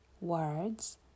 words